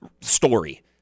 story